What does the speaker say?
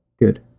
Good